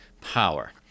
power